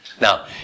Now